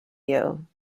you